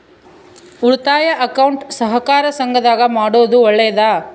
ಉಳಿತಾಯ ಅಕೌಂಟ್ ಸಹಕಾರ ಸಂಘದಾಗ ಮಾಡೋದು ಒಳ್ಳೇದಾ?